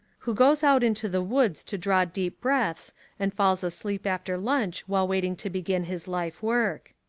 who goes out into the woods to draw deep breaths and falls asleep after lunch while waiting to begin his life work.